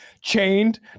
chained